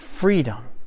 Freedom